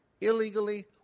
illegally